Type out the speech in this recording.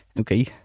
okay